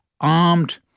armed